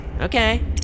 okay